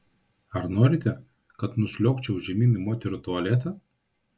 ar norite kad nusliuogčiau žemyn į moterų tualetą